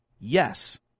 yes